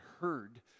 heard